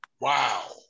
wow